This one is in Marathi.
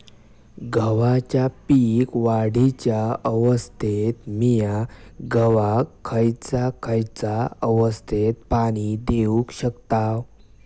गव्हाच्या पीक वाढीच्या अवस्थेत मिया गव्हाक खैयचा खैयचा अवस्थेत पाणी देउक शकताव?